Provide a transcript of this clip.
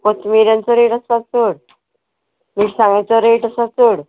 पचमिऱ्यांचो rate आसा चड मिरसांगेचो रेट आसा चड